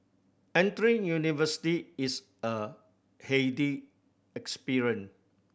entering university is a heady experience